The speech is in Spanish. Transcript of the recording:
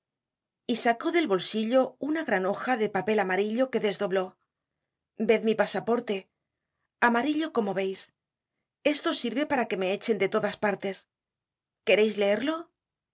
y sacó del bolsillo una gran hoja de papel amarillo que desdobló ved mi pasaporte amarillo como veis esto sirve para que me echen de todas partes quereis leerlo